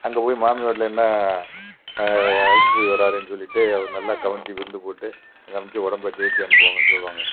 அங்கே போய் மாமியார் வீட்டில் என்ன இளைச்சி போய் வருவாரேன்னு சொல்லிட்டு ஒரு நல்ல கவனித்து விருந்து போட்டு கவனித்து உடம்ப தேற்றி அனுப்புவாங்கனு சொல்வாங்க